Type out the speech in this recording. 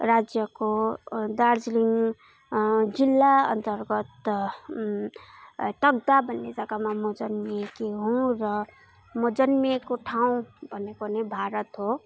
राज्यको दार्जिलिङ जिल्ला अन्तर्गत तकदाह भन्ने जगामा म जन्मिएकी हूँ र म जन्मिएको ठाउँ भनेको नै भारत हो